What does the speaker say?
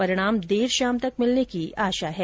परिणाम देर शाम तक मिलने की आशा है